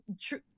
true